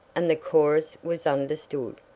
and the chorus was understood.